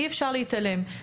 אי-אפשר להתעלם מזה.